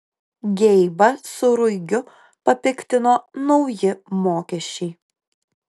geibą su ruigiu papiktino nauji mokesčiai